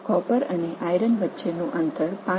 காப்பருக்கும் இரும்புக்கும் இடையிலான தூரம் 5